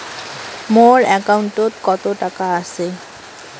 মোর একাউন্টত কত টাকা আছে?